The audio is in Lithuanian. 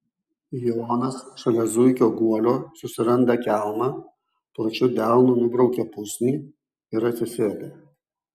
jonas šalia zuikio guolio susiranda kelmą plačiu delnu nubraukia pusnį ir atsisėda